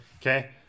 okay